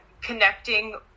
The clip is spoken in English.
connecting